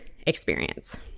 experience